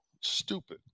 Stupid